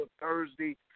Thursday